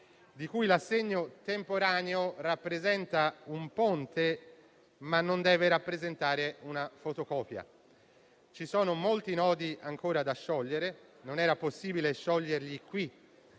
di cui l'assegno temporaneo rappresenta un ponte, ma non deve rappresentare una fotocopia. Ci sono molti nodi ancora da sciogliere e non era possibile farlo,